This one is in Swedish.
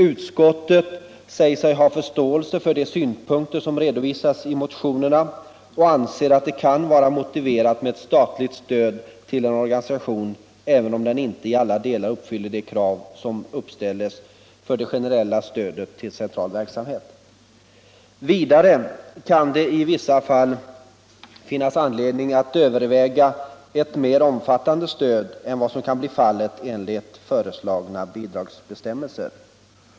Utskottet säger sig ha förståelse för de synpunkter som redovisas i motionerna och anser att det kan vara motiverat med ett statligt stöd till en organisation även om den inte i alla delar uppfyller de krav som uppställts för det generella stödet till central verksamhet. Vidare kan det i vissa fall finnas anledning att överväga ett mer omfattande stöd än vad som skulle bli fallet enligt föreslagna bidragsbestämmelser.